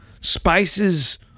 Spices